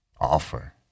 offer